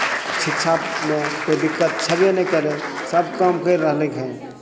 शिक्षामे कोइ दिक्कत छयबे नहि करय सभ काम करि रहलैक हन